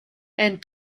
and